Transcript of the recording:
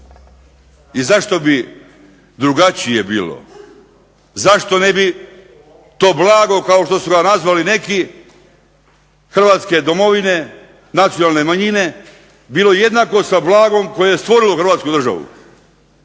I zašto bi drugačije bilo? Zašto ne bi to blago kao što su ga nazvali neki Hrvatske domovine nacionalne manjine, bilo jednako sa blagom koje je stvorilo Hrvatsku državu?